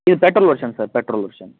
ಇದು petrol version sir petrol version